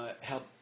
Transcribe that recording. help